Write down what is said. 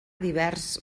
divers